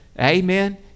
Amen